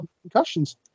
concussions